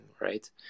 right